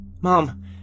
Mom